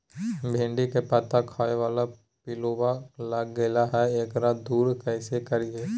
भिंडी के पत्ता खाए बाला पिलुवा लग गेलै हैं, एकरा दूर कैसे करियय?